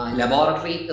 laboratory